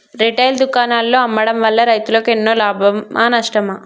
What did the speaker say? Retail దుకాణాల్లో అమ్మడం వల్ల రైతులకు ఎన్నో లాభమా నష్టమా?